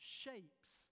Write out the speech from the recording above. shapes